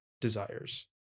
desires